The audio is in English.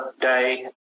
Day